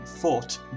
fought